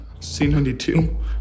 C92